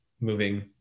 moving